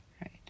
Right